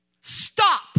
Stop